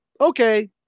okay